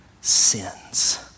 sins